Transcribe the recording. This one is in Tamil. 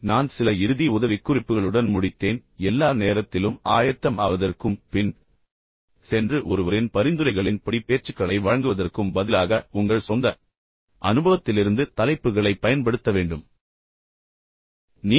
பின்னர் நான் சில இறுதி உதவிக்குறிப்புகளுடன் முடித்தேன் எல்லா நேரத்திலும் ஆயத்தம் ஆவதற்கும் பின்னர் சென்று ஒருவரின் பரிந்துரைகளின் படி பேச்சுக்களை வழங்குவதற்கும் பதிலாக உங்கள் சொந்த அனுபவத்திலிருந்து தலைப்புகளைப் பயன்படுத்த நீங்கள் கற்றுக்கொள்ள வேண்டும் என்று நான் பரிந்துரைத்தேன்